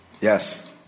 Yes